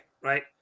right